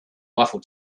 eiffel